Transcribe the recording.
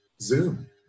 Zoom